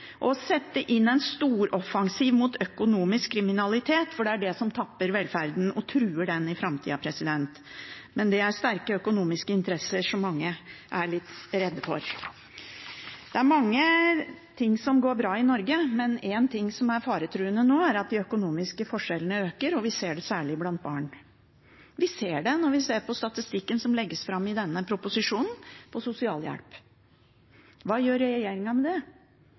til å sette inn en storoffensiv mot økonomisk kriminalitet, for det er det som tapper velferden – og truer den i framtida. Men det er sterke økonomiske interesser som mange er litt redde for. Det er mange ting som går bra i Norge, men én ting som er faretruende nå, er at de økonomiske forskjellene øker, og vi ser det særlig blant barn. Vi ser det når vi ser på statistikken som legges fram i denne proposisjonen, på sosialhjelp. Hva gjør regjeringen med det?